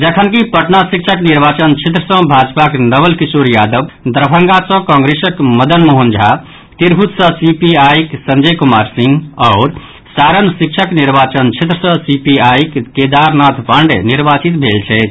जखनकि पटना शिक्षक निर्वाचन क्षेत्र सँ भाजपाक नवल किशोर यादव दरभंगा सँ कांग्रेसक मदन मोहन झा तिरहुत सँ सी पी आई क संजय कुमार सिंह आओर सारण शिक्षक निर्वाचन क्षेत्र सँ सी पी आई क केदारनाथ पांडेय निर्वाचित भेल छथि